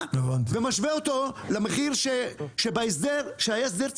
ומשווה אותו למחיר שבהסדר שהיה הסדר צנוע.